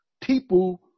people